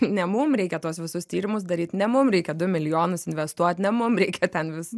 ne mum reikia tuos visus tyrimus daryt ne mum reikia du milijonus investuot ne mum reikia ten vis